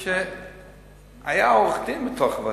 שהיה עורך-דין בתוך הוועדה,